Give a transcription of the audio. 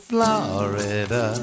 Florida